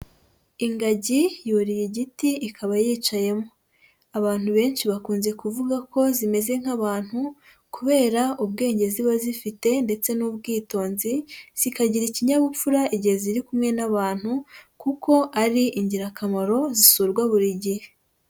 Ingagi yuriye igiti ikaba yicayemo, abantu benshi bakunze kuvuga ko zimeze nk'abantu kubera ubwenge ziba zifite ndetse n'ubwitonzi, zikagira ikinyabupfura igihe ziri kumwe n'abantu kuko ari ingirakamaro zisurwa buri gihe.